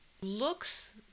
looks